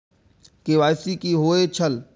KYC कि होई छल?